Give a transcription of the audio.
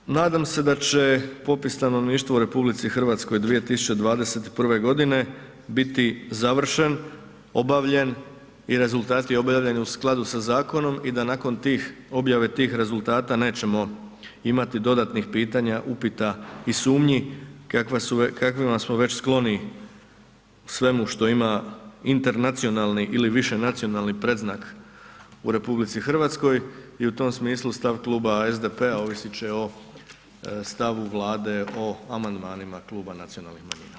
Zbog toga nadam se da će popis stanovništva u RH 2021. g. biti završen, obavljen i rezultati objavljeni u skladu sa zakonom i da nakon tih, objave tih rezultata nećemo imati dodatnih pitanja, upita i sumnji kakvima smo već skloni u svemu što ima internacionalni ili višenacionalni predznak u RH i u tom smislu stav Kluba SDP-a ovisit će o stavu Vlade o amandmanima Kluba nacionalnih manjina.